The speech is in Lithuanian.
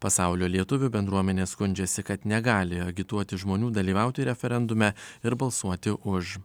pasaulio lietuvių bendruomenė skundžiasi kad negali agituoti žmonių dalyvauti referendume ir balsuoti už